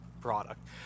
product